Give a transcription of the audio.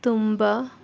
ತುಂಬ